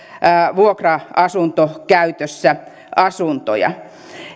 vuokra asuntokäytössä asuntoja